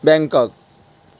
Bangkok